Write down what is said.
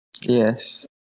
Yes